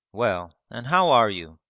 well, and how are you?